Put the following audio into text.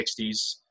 1960s